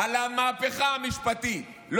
על המהפכה המשפטית הייתה במסיבת עיתונאים.